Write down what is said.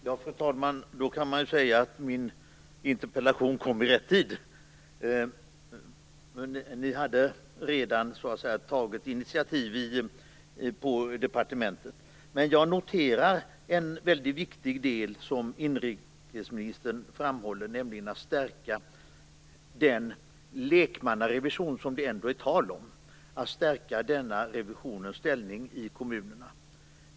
Fru talman! Då kan man säga att min interpellation kom i rätt tid. Ni hade redan tagit initiativ på departementet. Jag noterar en väldigt viktigt del som inrikesministern framhåller, nämligen att stärka denna lekmannarevisions, som det ändå är tal om, ställning i kommunerna.